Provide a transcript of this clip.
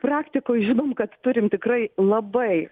praktikoj žinom kad turim tikrai labai